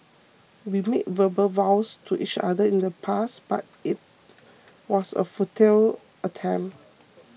we made verbal vows to each other in the past but it was a futile attempt